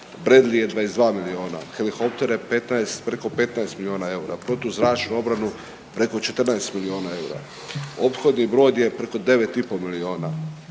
bredlije 22 milijuna, helikoptere 15, preko 15 milijuna eura, protuzračnu obranu preko 14 milijuna eura. Ophodni brod je preko 9 i pol